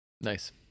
Nice